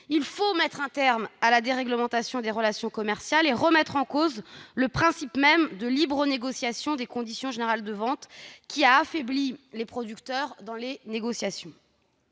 Il faut mettre un terme à la déréglementation des relations commerciales et remettre en cause le principe même de libre négociation des conditions générales de vente qui a affaibli les producteurs dans les négociations.